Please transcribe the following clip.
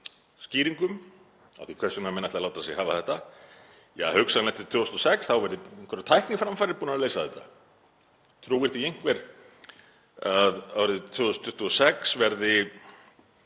skýringum á því hvers vegna menn ætli að láta sig hafa þetta. Ja, hugsanlega eftir 2026 þá verði einhverjar tækniframfarir búnar að leysa þetta. Trúir því einhver að árið 2026 verði